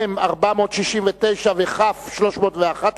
מ/469 ו-כ/311,